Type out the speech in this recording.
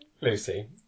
Lucy